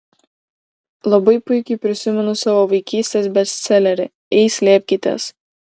labai puikiai prisimenu savo vaikystės bestselerį ei slėpkitės